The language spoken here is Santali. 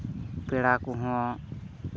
ᱯᱮᱲᱟ ᱠᱚᱦᱚᱸ